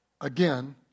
Again